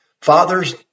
Fathers